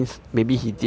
so he lied lah